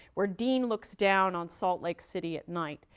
where dean looks down on salt lake city at night,